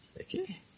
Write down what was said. Okay